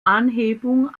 anhebung